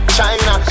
China